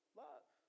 love